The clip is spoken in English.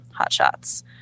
hotshots